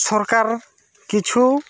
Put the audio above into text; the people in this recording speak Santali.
ᱥᱚᱨᱠᱟᱨ ᱠᱤᱪᱷᱩ